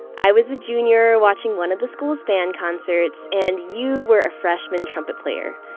i was a junior watching one of the school's band concerts and you were a freshman trumpet player,